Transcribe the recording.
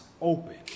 open